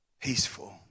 peaceful